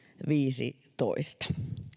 viisitoista